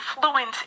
fluent